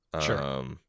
Sure